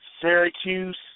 Syracuse